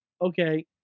Okay